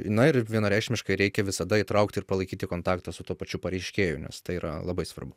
na ir vienareikšmiškai reikia visada įtraukti ir palaikyti kontaktą su tuo pačiu pareiškėju nes tai yra labai svarbu